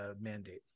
mandate